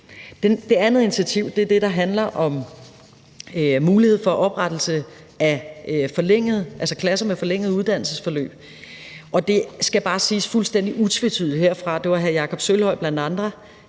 Det andet initiativ er det, der handler om muligheden for oprettelse af klasser med forlængede uddannelsesforløb, og det skal bare siges fuldstændig utvetydigt herfra, at det er et tilbud. Det